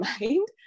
mind